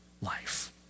life